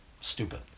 stupid